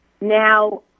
Now